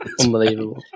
Unbelievable